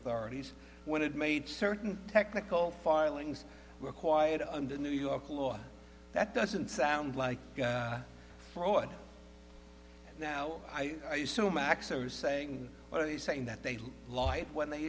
authorities when it made certain technical filings required under new york law that doesn't sound like fraud now i know max are saying what are they saying that they lied when they